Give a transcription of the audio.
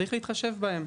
צריך להתחשב בהן.